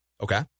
Okay